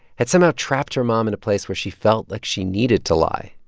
had somehow trapped her mom in a place where she felt like she needed to lie.